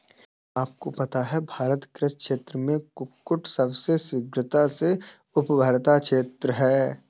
क्या आपको पता है भारत कृषि क्षेत्र में कुक्कुट सबसे शीघ्रता से उभरता क्षेत्र है?